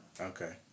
Okay